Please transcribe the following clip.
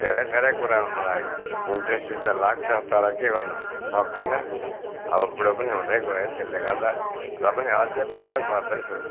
धेरै धेरै कुरामा मलाई इन्ट्रेस्ट त लाग्छ तर के गर्नु सक्दिनँ अब बुढो पनि हुँदै गएँ त्यसले गर्दा र पनि अझै पनि त गर्दैछु